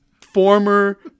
former